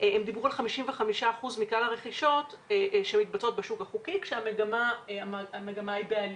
דברו על 55% מכלל הרכישות שמתבצעות בשוק החוקי כשהמגמה היא בעליה.